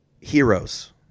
heroes